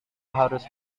harus